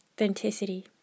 authenticity